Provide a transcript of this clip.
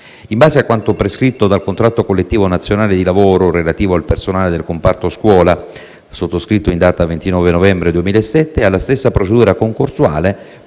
In base a quanto prescritto dal contratto collettivo nazionale di lavoro relativo al personale del comparto scuola, sottoscritto in data 29 novembre 2007, alla stessa procedura concorsuale